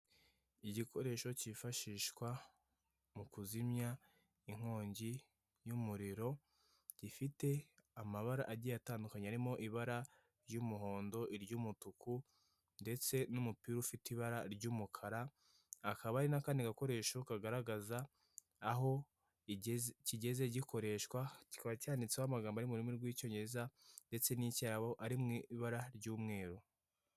Ikiraro kinini gikomeye gifite umuhanda hejuru n'undi muhanda uca munsi yacyo, hejuru hari kunyuramo ikinyabiziga gitwara abagenzi, munsi y'ikiraro hari umuhanda uri kunyuramo ibinyabiziga bitandukanye harimo imodoka, ipikipiki n'amagare.